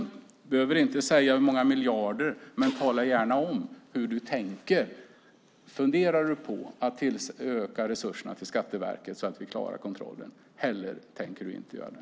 Du behöver inte säga hur många miljarder, men tala gärna om hur du tänker. Funderar du på att öka resurserna till Skatteverket så att vi klarar kontrollen eller tänker du inte göra det?